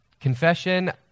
confession